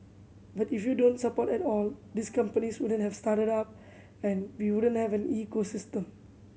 but if you don't support at all these companies wouldn't have started up and we wouldn't have an ecosystem